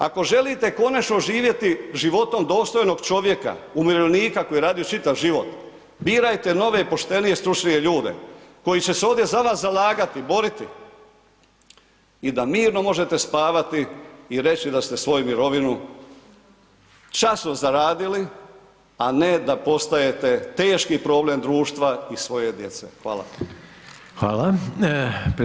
Ako želite konačno živjeti životom dostojnog čovjeka, umirovljenika koji je radio čitav život, birajte nove, poštenije, stručnije ljude koji će se ovdje za vas zalagati, boriti i da mirno možete spavati i reći da ste svoju mirovinu časno zaradili a ne da postajete teški problem društva i svoje djece, hvala.